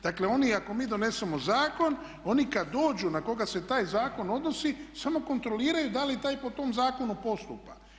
Dakle oni, ako mi donesemo zakon, oni kad dođu, na koga se taj zakon odnosi samo kontroliraju da li taj po tom zakonu postupa.